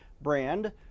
brand